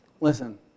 Listen